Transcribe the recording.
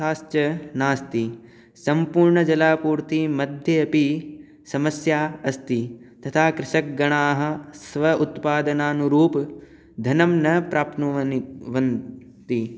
थाश्च नास्ति सम्पूर्णजलापूर्तिमध्येऽपि समस्या अस्ति तथा कृषकगणाः स्व उत्पादनानुरूपधनं न प्राप्नुवन्ति